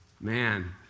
man